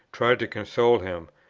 tried to console him,